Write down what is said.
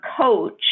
coach